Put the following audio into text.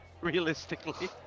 realistically